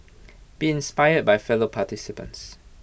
be inspired by fellow participants